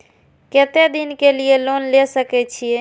केते दिन के लिए लोन ले सके छिए?